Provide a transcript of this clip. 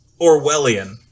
Orwellian